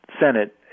senate